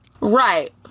Right